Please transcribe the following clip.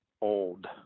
old